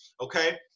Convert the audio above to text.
okay